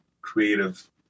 creative